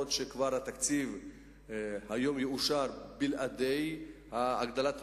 התקציב יאושר היום בלי הגדלת